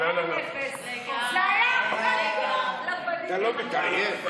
לא מתעייף?